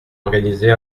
organisées